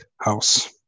house